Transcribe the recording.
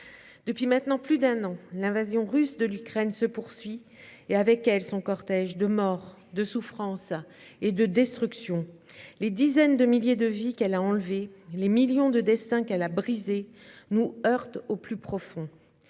Depuis maintenant plus d'un an, l'invasion russe de l'Ukraine se poursuit et avec elle son cortège de morts, de souffrances et de destructions. Les dizaines de milliers de vies qu'elle a enlevées, les millions de destins qu'elle a brisés nous heurtent au plus profond